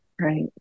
Right